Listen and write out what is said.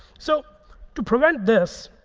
so to prevent this,